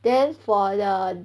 then for the